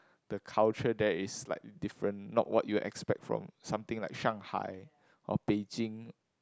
the culture there is like different not what you expect from something like Shanghai or Beijing